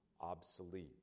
obsolete